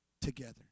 together